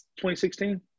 2016